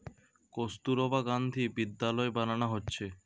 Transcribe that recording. কস্তুরবা গান্ধী বিদ্যালয় বানানা হচ্ছে